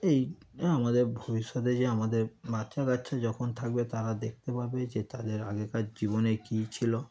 এই আমাদের ভবিষ্যতে যে আমাদের বাচ্চা কাচ্চা যখন থাকবে তারা দেখতে পাবে যে তাদের আগেকার জীবনে কী ছিল